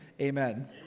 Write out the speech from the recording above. Amen